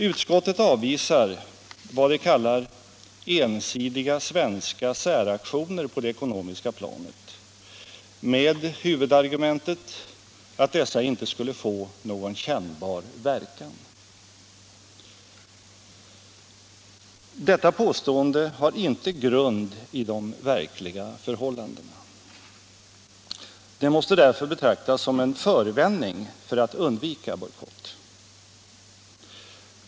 Utskottet avvisar vad det kallar ”ensidiga svenska säraktioner på det ekonomiska planet” med huvudargumentet att dessa inte skulle få någon kännbar verkan. Detta påstående har inte grund i de verkliga förhållandena. Det måste därför betraktas som en förevändning för att undvika bojkott.